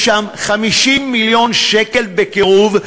יש שם 50 מיליון שקל, בקירוב,